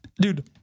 Dude